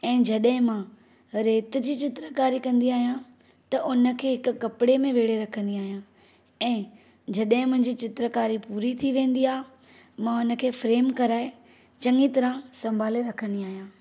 ऐं जॾहिं मां रेत जी चित्रकारी कंदी आहियां त हुन खे हिक कपड़े में वेहिड़े रखंदी आहिंयां ऐं जॾहिं मुंहिंजी चित्रकारी पूरी थी वेंदी आहे मां उन खे फ़्रेम कराए चङी तरह संभाले रखंदी आहियां